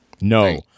No